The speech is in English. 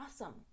awesome